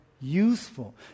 useful